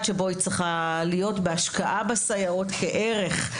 שבו היא צריכה להיות בהשקעה בסייעות כערך,